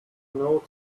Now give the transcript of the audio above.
know